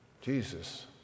Jesus